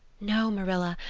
no, marilla,